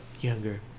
younger